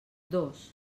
dos